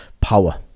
power